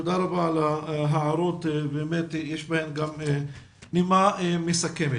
תודה רבה על הדברים שיש בהם נימה מסכמת.